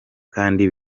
kandi